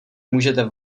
můžete